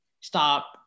stop